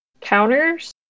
counters